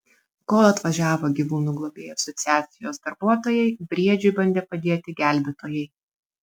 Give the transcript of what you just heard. kol atvažiavo gyvūnų globėjų asociacijos darbuotojai briedžiui bandė padėti gelbėtojai